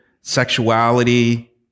Sexuality